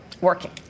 Working